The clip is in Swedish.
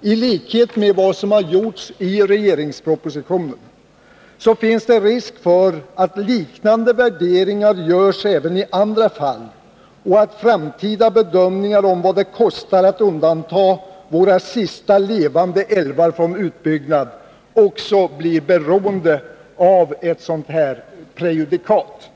i likhet med vad som har gjorts i propositionen, finns det risk för att liknande värderingar görs även i andra fall och att framtida bedömningar om vad det kostar att undanta våra sista levande älvar från utbyggnad också blir beroende av ett sådant här prejudikat.